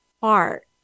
heart